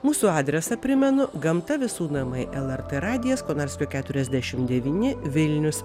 mūsų adresą primenu gamta visų namai lrt radijas konarskio keturiasdešimt devyni vilnius